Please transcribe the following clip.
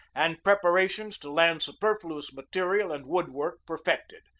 and preparations to land superfluous material and wood work perfected,